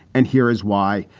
and here is why.